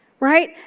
Right